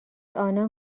آنان